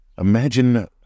Imagine